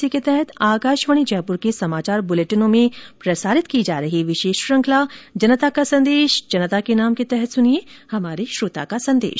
इसी के तहत आकाशवाणी जयपुर के समाचार बुलेटिनों में प्रसारित की जा रही विशेष श्रुखंला जनता का संदेश जनता के नाम के तहत सुनिये हमारे श्रोता का संदेश